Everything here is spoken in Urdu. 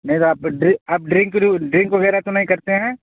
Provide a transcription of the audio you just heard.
نہیں سر آپ آپ ڈرنک ڈرنک وغیرہ تو نہیں کرتے ہیں